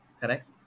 Correct